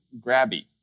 grabby